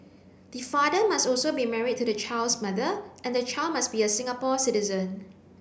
the father must also be married to the child's mother and the child must be a Singapore citizen